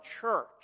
church